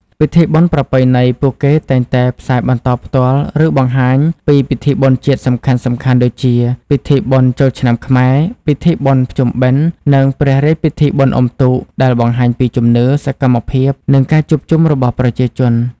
ពិធីបុណ្យប្រពៃណីពួកគេតែងតែផ្សាយបន្តផ្ទាល់ ឬបង្ហាញពីពិធីបុណ្យជាតិសំខាន់ៗដូចជា ពិធីបុណ្យចូលឆ្នាំខ្មែរ ពិធីបុណ្យភ្ជុំបិណ្ឌ និង ព្រះរាជពិធីបុណ្យអុំទូក ដែលបង្ហាញពីជំនឿ សកម្មភាព និងការជួបជុំរបស់ប្រជាជន។